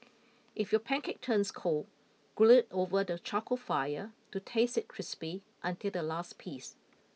if your pancake turns cold grill it over the charcoal fire to taste it crispy until the last piece